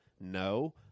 no